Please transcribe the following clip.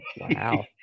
Wow